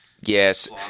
Yes